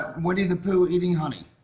winnie the pooh eating honey.